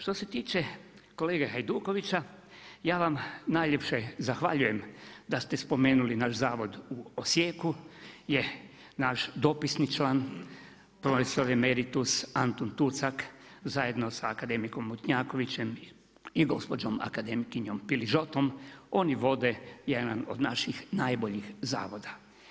Što se tiče kolega Hajdukovića, ja vam najljepše zahvaljujem, da ste spomenuli naš zavod u Osijeku, gdje naš dopisni član profesor emeritus Antun Tucak, zajedno sa akademikom Mutnjaković i gospođom akademkinjom Pilžotom, oni vode jedan od naših najboljih zavoda.